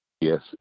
Yes